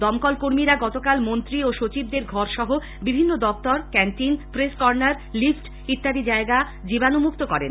দমকল কর্মীরা গতকাল মন্ত্রী ও সচিবদের ঘরসহ বিভিন্ন দপ্তর ক্যান্টিন প্রেস কর্ণার লিফট ইত্যাদি জায়গা জীবাণুমুক্ত করেন